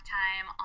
time